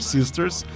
Sisters